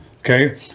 okay